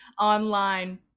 online